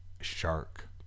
Shark